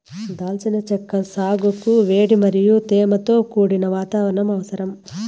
దాల్చిన చెక్క సాగుకు వేడి మరియు తేమతో కూడిన వాతావరణం అవసరం